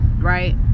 right